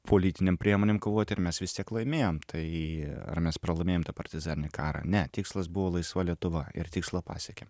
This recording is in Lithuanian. politinėm priemonėm kovoti ir mes vis tiek laimėjom tai ar mes pralaimėjom tą partizaninį karą ne tikslas buvo laisva lietuva ir tikslą pasiekėm